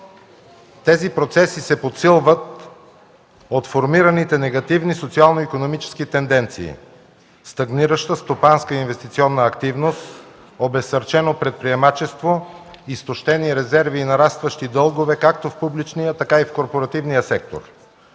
Тези процеси се подсилват от формираните негативни социално-икономически тенденции – стагнираща стопанска инвестиционна активност, обезсърчено предприемачество, изтощени резерви и нарастващи дългове както в публичния, така и в корпоративния сектор,